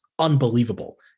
Unbelievable